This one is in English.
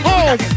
Home